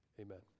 Amen